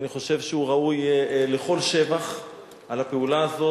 אני חושב שהוא ראוי לכל שבח על הפעולה הזאת.